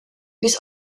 bis